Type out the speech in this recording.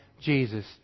Jesus